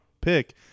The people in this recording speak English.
pick